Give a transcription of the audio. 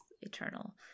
eternal